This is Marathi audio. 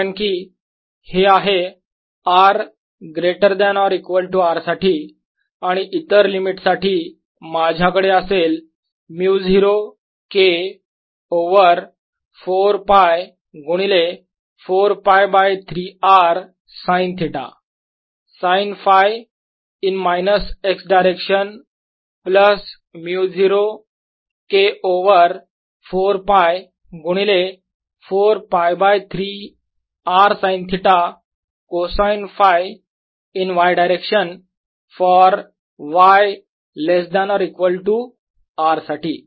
कारण की हे आहे r greater than or equal to R साठी आणि इतर लिमिट साठी माझ्याकडे असेल μ0 K ओवर 4 π गुणिले 4 π by 3 r sine theta sine Φ in minus x direction plus μ0 K over 4 π गुणिले 4 π by 3 r sine theta cosine Φ in y direction for y less than equal to R साठी